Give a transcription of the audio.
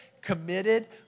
committed